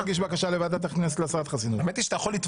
אני יכול להגיש בקשה לוועדת הכנסת להסרת חסינות.